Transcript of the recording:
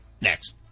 next